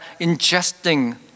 ingesting